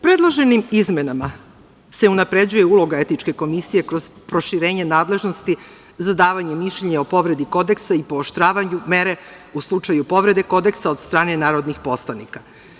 Predloženim izmenama se unapređuje uloga etičke komisije kroz proširenje nadležnosti za davanje mišljenja o povredi Kodeksa i pooštravanju mere u slučaju povrede Kodeksa od strane narodnih poslanika.